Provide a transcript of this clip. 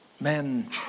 men